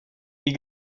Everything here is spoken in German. die